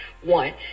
one